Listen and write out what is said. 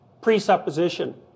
presupposition